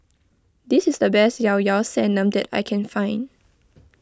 this is the best Liao Liao Sanum that I can find